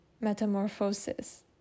metamorphosis